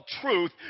truth